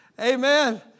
Amen